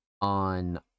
on